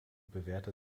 bewährte